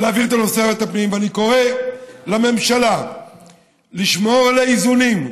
ואני קורא לממשלה לשמור על האיזונים,